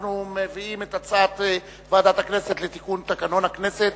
אנחנו מביאים את הצעת ועדת הכנסת לתיקון תקנון הכנסת,